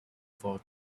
for